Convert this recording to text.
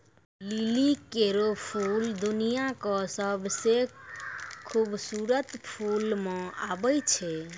लिली केरो फूल दुनिया क सबसें खूबसूरत फूल म आबै छै